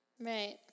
Right